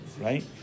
right